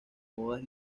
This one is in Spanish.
modas